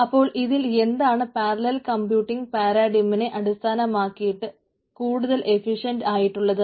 അപ്പോൾ ഇതിൽ ഏതാണ് പാരലൽ കമ്പ്യൂട്ടിംഗ് പാരാഡിമ്മിന് അടിസ്ഥാനമായിട്ട് കൂടുതൽ എഫിഷ്യന്റ് ആയിട്ടുള്ളത്